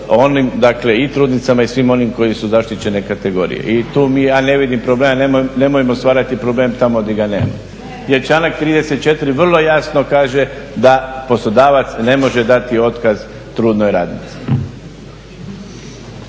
i trudnicama i svima onima koji su zaštićene kategorije. I ja tu ne vidim problema, nemojmo stvarati problem tamo gdje ga nema jer članak 34.vrlo jasno kaže da poslodavac ne može dati otkaz trudnoj radnici.